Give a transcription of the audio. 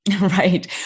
Right